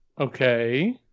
okay